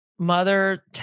Mother